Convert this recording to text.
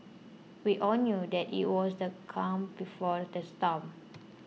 we all knew that it was the calm before the storm